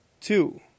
Two